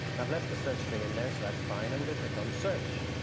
i've left the search string in there, so that's fine. i'm gonna click on search,